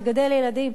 לגדל ילדים,